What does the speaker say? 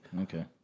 Okay